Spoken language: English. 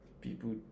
people